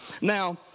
Now